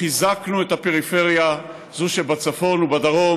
צמצמנו את הפערים בין הרשות השופטת לבין הרשות הנבחרת,